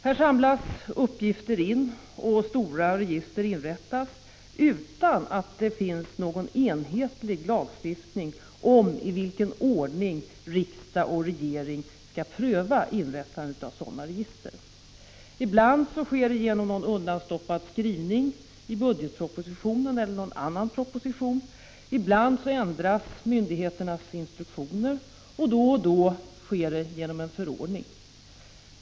Här samlas uppgifter in, och stora register inrättas, utan att det finns någon enhetlig lagstiftning om i vilken ordning riksdag och regering skall pröva inrättandet av sådana register. Ibland sker det genom någon undanstoppad skrivning i budgetpropositionen eller någon annan proposition, ibland ändras myndigheternas instruktio ner, och då och då sker det genom en förordning.